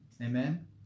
Amen